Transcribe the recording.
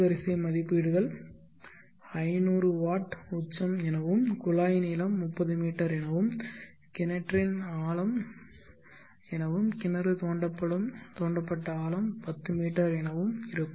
வரிசை மதிப்பீடுகள் 500 வாட் உச்சம் எனவும் குழாய் நீளம் 30 மீட்டர் எனவும் கிணற்றின் ஆழம் எனவும் கிணறு தோண்டப்பட்ட ஆழம் 10 மீட்டர் எனவும் இருக்கும்